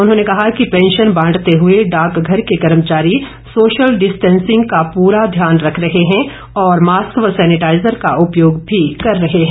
उन्होंने कहा कि पैंशन बांटते हुए डाकघर के कर्मचारी सोशल डिस्टेसिंग का प्रा ध्यान रख रहे हैं और मास्क व सेनिटाईजर का उपयोग भी कर रहे हैं